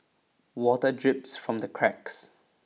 water drips from the cracks